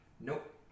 Nope